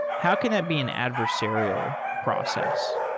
how can that be an adversarial process?